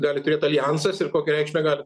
gali turėt aljansas ir kokią reikšmę gali